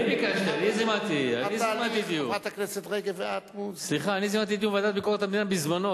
אני זימנתי דיון בוועדת ביקורת המדינה,